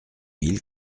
mille